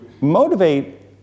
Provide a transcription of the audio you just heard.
motivate